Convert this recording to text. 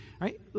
right